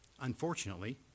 unfortunately